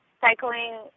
cycling